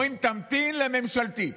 אומרים: תמתין לממשלתית.